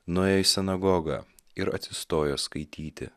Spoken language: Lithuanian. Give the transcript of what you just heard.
nuėjo į sinagogą ir atsistojo skaityti